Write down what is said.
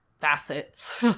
facets